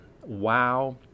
Wow